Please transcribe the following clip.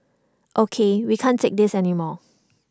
ok we can't take this anymore